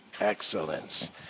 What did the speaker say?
Excellence